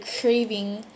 craving